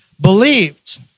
believed